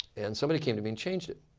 and somebody came to me and changed it.